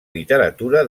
literatura